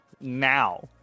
now